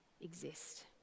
exist